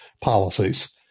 policies